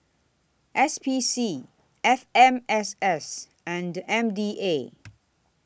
S P C F M S S and M D A